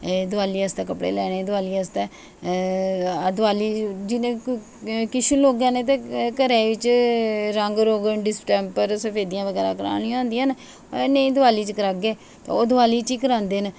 दवाली आस्तै कपड़े लैने दवाली आस्तै दवाली जि'यां किश लोके घरै बिच रंग रोगन डिसैपर सफेदियां बगैरा करानियां होंदियां न नेईं दिवाली च करागे दवाली च ई करांदे न